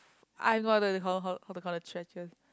I got no idea how to how to count the